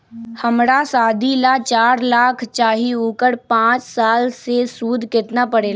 हमरा शादी ला चार लाख चाहि उकर पाँच साल मे सूद कितना परेला?